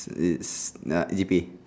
it's nah G_P_A